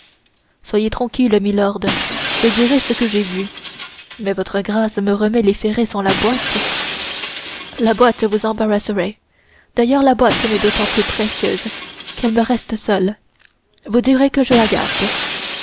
soyez tranquille milord je dirai ce que j'ai vu mais votre grâce me remet les ferrets sans la boîte la boîte vous embarrasserait d'ailleurs la boîte m'est d'autant plus précieuse qu'elle me reste seule vous direz que je la garde